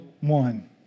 one